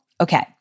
Okay